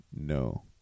No